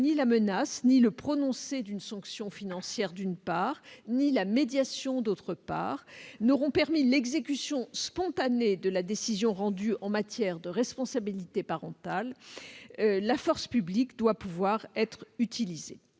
ni la menace ni le prononcé d'une sanction financière, d'une part, ni la médiation, d'autre part, n'auront permis l'exécution spontanée de la décision rendue en matière de responsabilité parentale, la force publique doit pouvoir être utilisée.